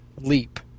leap